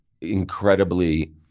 incredibly